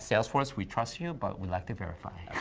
salesforce we trust you, but we like to verify.